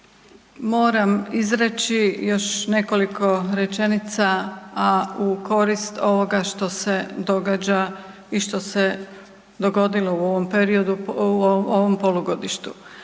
moram izreći još nekoliko rečenica, a u korist ovoga što se događa i što se dogodilo u ovom periodu,